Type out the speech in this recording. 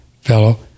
fellow